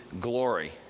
glory